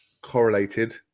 correlated